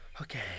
Okay